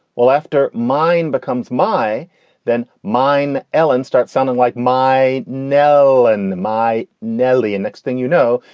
well, after mine becomes my then mine. ellen starts sounding like my. no. and my nelly and next thing you know,